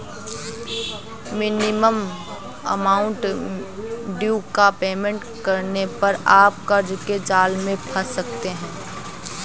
minimum amount due का payment करने पर आप कर्ज के जाल में फंस सकते हैं